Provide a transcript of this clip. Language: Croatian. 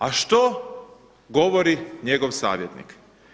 A što govori njegov savjetnik?